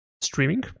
streaming